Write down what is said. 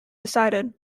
decided